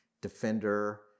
defender